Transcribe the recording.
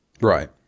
Right